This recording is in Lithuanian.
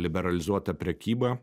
liberalizuota prekyba